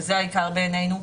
וזה העיקר בעינינו.